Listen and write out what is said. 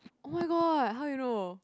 oh my god how you know